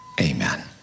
Amen